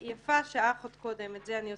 ויפה שעה אחת קודם את זה אני אוסיף.